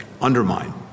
undermine